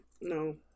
No